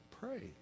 Pray